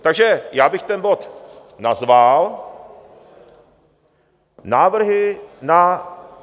Takže já bych ten bod nazval Návrhy na...